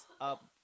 Up